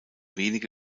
wenige